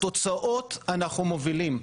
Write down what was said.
בתוצאות אנחנו מובילים.